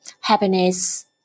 happiness